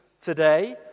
today